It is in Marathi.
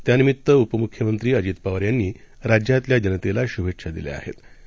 त्यानिमित्तउपमुख्यमंत्रीअजितपवारयांनीराज्यातल्याजनतेलाशुभेच्छादिल्याआहेत